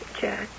Jack